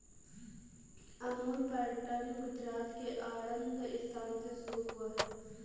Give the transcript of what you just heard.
Amul pattern Gujarat के आणंद स्थान से शुरू हुआ है